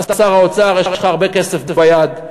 אתה שר האוצר, יש לך הרבה כסף ביד,